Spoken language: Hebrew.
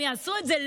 הם יעשו את זה.